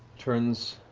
turns,